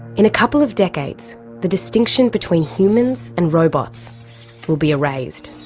in a couple of decades the distinction between humans and robots will be erased.